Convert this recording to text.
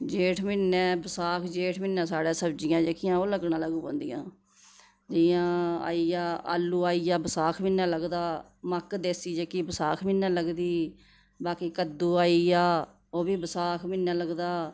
जेठ म्हीनै बसाख जेठ म्हीनै साढ़ै सब्ज़ियां जेह्कियां ओह् लग्गना जेह्कियां पौंदियां जियां आई गेआ आलू आई गेआ बसाख म्हीने लगदा मक्क देसी जेह्की बसाख म्हीने लगदी बाकी कद्दूं आई गेआ ओह् बी बसाख म्हीनै लगदा